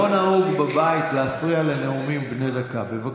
טוב, תעזרי לי, נו, הם בהכנה נפשית לימי תשעה באב.